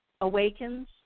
awakens